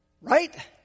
Right